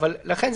לכן,